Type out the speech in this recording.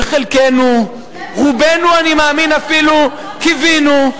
וחלקנו, רובנו, אני מאמין, אפילו קיווינו,